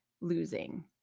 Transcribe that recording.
losing